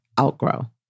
outgrow